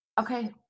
Okay